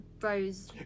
Rose